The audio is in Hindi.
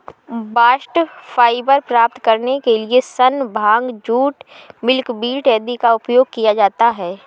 बास्ट फाइबर प्राप्त करने के लिए सन, भांग, जूट, मिल्कवीड आदि का उपयोग किया जाता है